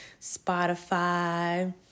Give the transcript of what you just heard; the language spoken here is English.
Spotify